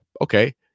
okay